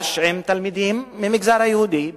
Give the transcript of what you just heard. במפגש עם תלמידים מהמגזר היהודי בנתניה,